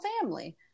family